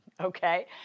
Okay